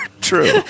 true